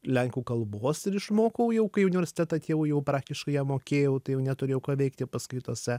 lenkų kalbos ir išmokau jau kai į universitetą atėjau jau praktiškai ją mokėjau tai jau neturėjau ką veikti paskaitose